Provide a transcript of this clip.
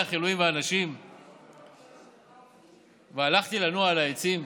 אלהים ואנשים והלכתי לנוע על העצים.